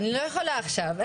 אני לא יכולה עכשיו,